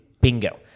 Bingo